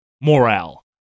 morale